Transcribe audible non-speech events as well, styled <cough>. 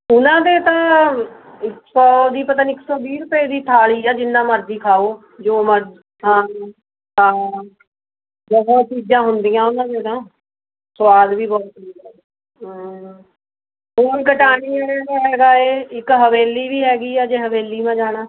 ਉਨ੍ਹਾਂ ਦੇ ਤਾਂ ਸੌ ਦੀ ਪਤਾ ਨਹੀਂ ਇੱਕ ਸੌ ਵੀਹ ਰੁਪਏ ਦੀ ਥਾਲੀ ਹੈ ਜਿੰਨਾਂ ਮਰਜ਼ੀ ਖਾਓ ਜੋ ਮਰਜ਼ੀ ਖਾਣ ਨੂੰ ਹਾਂ ਬਹੁਤ ਚੀਜ਼ਾਂ ਹੁੰਦੀਆਂ ਉਨ੍ਹਾਂ ਦੀਆਂ ਤਾਂ ਸਵਾਦ ਵੀ ਬਹੁਤ ਹੁੰਦੀਆਂ ਹਾਂ <unintelligible> ਕਟਾਣੀ ਵਾਲਿਆਂ ਦਾ ਹੈਗਾ ਏ ਇੱਕ ਹਵੇਲੀ ਵੀ ਹੈਗੀ ਹੈ ਜੇ ਹਵੇਲੀ ਮ ਜਾਣਾ